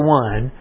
one